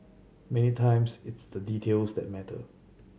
many times it's the details that matter